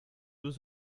deux